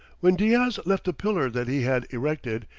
when diaz left the pillar that he had erected,